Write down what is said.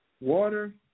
Water